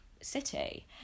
city